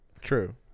True